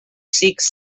seeks